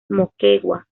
moquegua